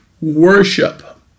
worship